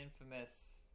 infamous